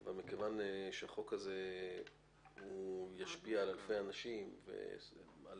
אבל כיוון שהחוק הזה ישפיע על אלפי אנשים ועל